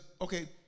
okay